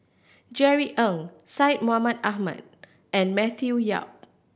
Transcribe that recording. Jerry Ng Syed Mohamed Ahmed and Matthew Yap